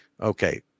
okay